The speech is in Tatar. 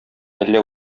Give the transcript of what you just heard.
әллә